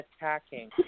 attacking